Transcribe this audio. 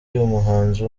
umuhanzi